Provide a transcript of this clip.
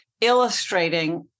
illustrating